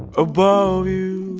above you